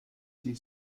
she